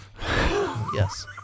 yes